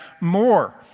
more